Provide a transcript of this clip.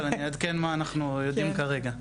אבל אני אעדכן מה אנחנו יודעים כרגע.